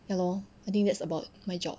ya lor I think that's about my job